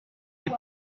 été